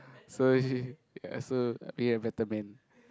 so is she ya so be a better man